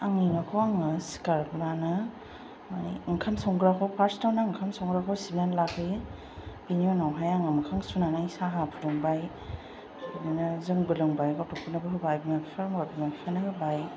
आंनि न'खौ आङो सिखारब्लानो माने ओंखाम संग्राखौ फार्स्टआवनो ओंखाम संग्राखौ सिबनानै लाग्रोयो बिनि उनावहाय आङो मोखां सुनानै साहा फुदुंबाय माने जोंबो लोंबाय गथ'फोरनोबो होबाय बिमा बिफा दंब्ला बिमा बिफानोबो होबाय